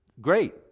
great